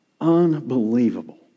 Unbelievable